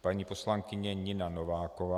Paní poslankyně Nina Nováková.